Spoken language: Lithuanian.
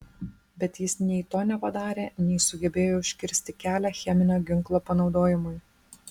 bet jis nei to nepadarė nei sugebėjo užkirsti kelią cheminio ginklo panaudojimui